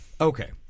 Okay